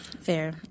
fair